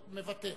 מוותר.